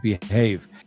behave